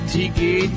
Tiki